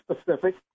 specific